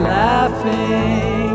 laughing